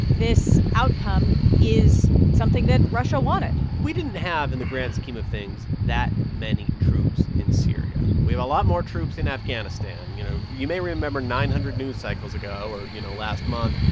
this outcome is something that russia wanted we didn't have, in the grand scheme of things, that many troops in syria. we have a lot more troops in afghanistan. you know, you may remember nine hundred news cycles ago or, you know, last month,